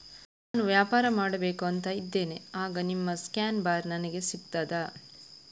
ನಾನು ವ್ಯಾಪಾರ ಮಾಡಬೇಕು ಅಂತ ಇದ್ದೇನೆ, ಆಗ ನಿಮ್ಮ ಸ್ಕ್ಯಾನ್ ಬಾರ್ ನನಗೆ ಸಿಗ್ತದಾ?